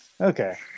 Okay